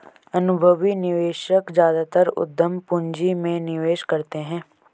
अनुभवी निवेशक ज्यादातर उद्यम पूंजी में निवेश करते हैं